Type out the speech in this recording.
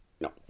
No